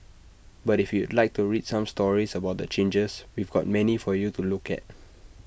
but if you'd like to read some stories about the changes we've got many for you to look at